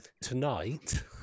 tonight